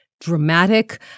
dramatic